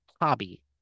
hobby